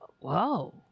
Whoa